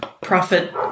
Profit